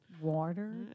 Water